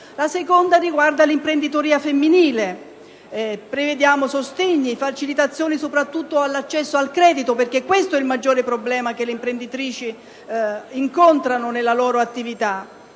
La seconda concerne l'imprenditoria femminile, prevedendo sostegni e facilitazioni soprattutto all'accesso al credito, perché questo è il maggiore problema che le imprenditrici incontrano nella loro attività.